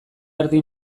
erdi